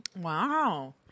Wow